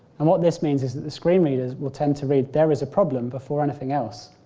and what this means is that the screen readers will tend to read there is a problem before anything else,